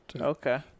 Okay